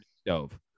stove